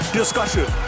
discussion